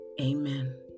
Amen